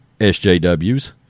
SJWs